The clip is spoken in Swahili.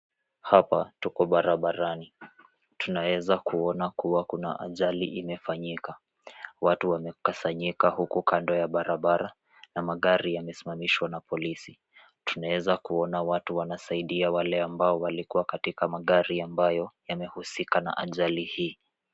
Hapa tuko barabarani. Tunaweza kuona kuwa kuna ajali imefanyika. Watu wamekusanyika huko kando ya barabara na magari yamesimamishwa na polisi. Tunaweza kuona kuwa watu wanasaidia wale ambao walikua katika magari ambayo yamehusika na ajali hii.